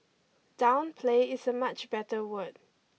downplay is a much better word